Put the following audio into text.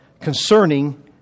concerning